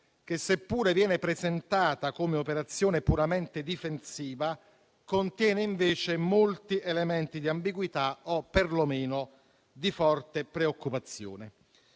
che, seppure venga presentata come operazione puramente difensiva, contiene invece molti elementi di ambiguità o perlomeno di forte preoccupazione.